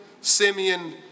Simeon